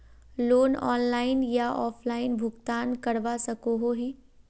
Loan online या offline भुगतान करवा सकोहो ही?